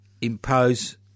impose